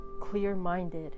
clear-minded